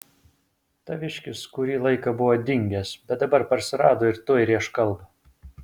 taviškis kurį laiką buvo dingęs bet dabar parsirado ir tuoj rėš kalbą